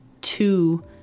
two